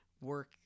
work